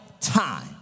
time